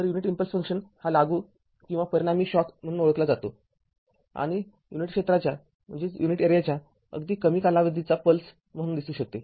तर unit impulse हा लागू किंवा परिणामी शॉक म्हणून ओळखला जाऊ शकतो आणि युनिट क्षेत्राच्या अगदी कमी कालावधीची पल्स म्हणून दिसू शकते